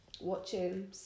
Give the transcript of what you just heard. watching